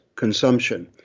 consumption